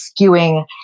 skewing